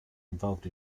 involved